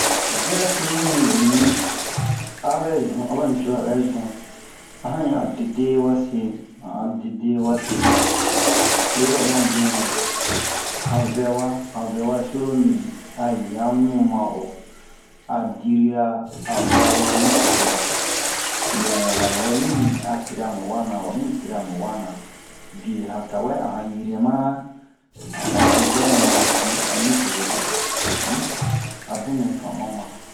diya curulu mibinni aɓɛ zun aɓa nucozo ɓɛ zun a han ɲan a dede wase han a dede wase oyiro oma dɛmu han vɛwa han vɛwa curulu mibin a ɲan mu ma'o a dirira a vari nucozo mɛ wabɛ min a piri'a mu wana wa mi piri'a mu wana biye han tawɛ a han yɛrɛmara a han wara diya nɛ ma di a nucozo mi um a bun mɛ famu'an man